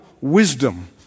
wisdom